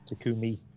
Takumi